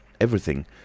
everything